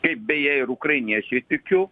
kaip beje ir ukrainiečiai tikiu